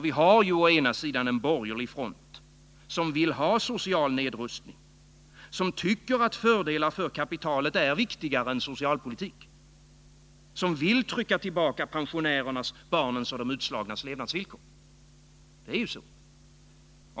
Vi har å ena sidan en borgerlig front, som vill ha social nedrustning, som tycker att fördelar för kapitalet är viktigare än socialpolitik, som vill trycka tillbaka pensionärernas, barnens och de utslagnas levnadsvillkor.